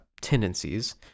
tendencies